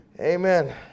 amen